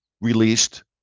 released